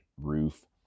roof